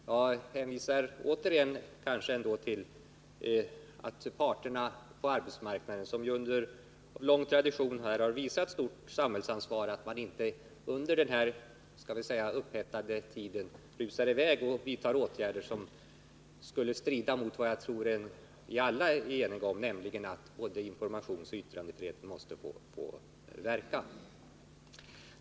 Jag hänvisar återigen till att parterna på arbetsmarknaden — vi har en lång tradition på detta område — har visat stort samhällsansvar och att man därför i denna heta situation inte bör rusa iväg och vidta åtgärder som skulle strida mot vad jag tror att vi är eniga om, nämligen att både informationsoch yttrandefriheten måste få verka.